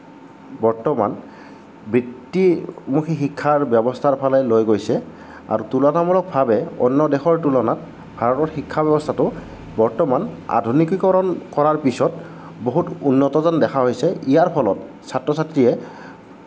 বৰ্তমান বৃত্তিমুখী শিক্ষাৰ ব্যৱস্থাৰ ফালে লৈ গৈছে আৰু তুলনামূলকভাৱে অন্য দেশৰ তুলনাত ভাৰতত শিক্ষা ব্যৱস্থাটো বৰ্তমান আধুনিকীকৰণ কৰাৰ পিছত বহুত উন্নত যেন দেখা হৈছে ইয়াৰ ফলত ছাত্ৰ ছাত্ৰীয়ে